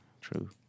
true